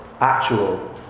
actual